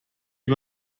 die